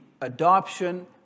adoption